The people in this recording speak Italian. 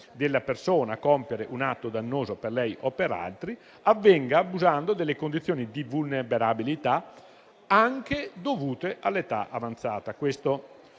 della persona a compiere un atto dannoso, per lei o per altri, avvenga abusando delle condizioni di vulnerabilità, anche dovute all'età avanzata.